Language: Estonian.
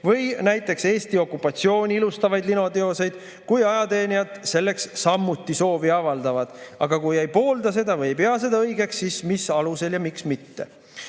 või näiteks Eesti okupatsiooni ilustavaid linateoseid, kui ajateenijad selleks samuti soovi avaldavad? Kui ta ei poolda seda või ei pea seda õigeks, siis mis alusel? Kaitseväe